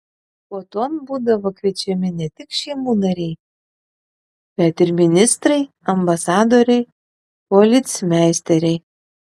puoton būdavo kviečiami ne tik šeimų nariai bet ir ministrai ambasadoriai policmeisteriai